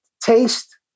taste